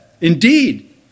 Indeed